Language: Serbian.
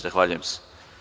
Zahvaljujem se.